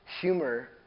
Humor